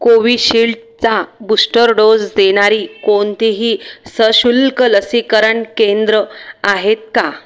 कोविशिल्डचा booster dose देणारी कोणतीही सशुल्क लसीकरण केंद्र आहेत का